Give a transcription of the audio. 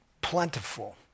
plentiful